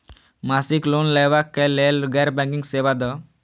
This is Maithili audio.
मासिक लोन लैवा कै लैल गैर बैंकिंग सेवा द?